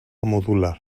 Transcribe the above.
modular